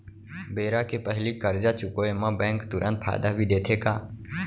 बेरा के पहिली करजा चुकोय म बैंक तुरंत फायदा भी देथे का?